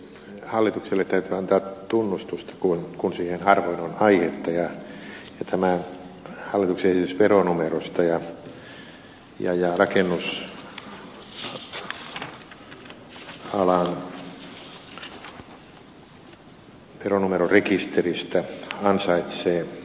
hallitukselle täytyy antaa tunnustusta kun siihen harvoin on aihetta ja tämä hallituksen esitys veronumerosta ja rakennusalan veronumerorekisteristä ansaitsee sen